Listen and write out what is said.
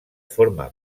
forma